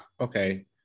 okay